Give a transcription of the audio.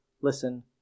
listen